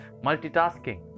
multitasking